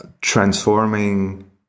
transforming